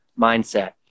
mindset